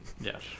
yes